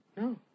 No